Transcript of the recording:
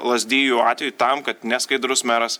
lazdijų atveju tam kad neskaidrus meras